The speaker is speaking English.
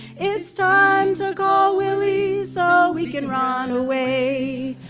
it's time to call willie so we can run away.